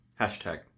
Hashtag